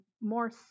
more